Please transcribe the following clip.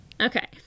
Okay